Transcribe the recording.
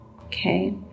okay